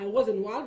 שהאירוע מואר.